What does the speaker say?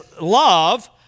love